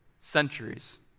centuries